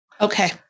Okay